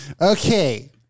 okay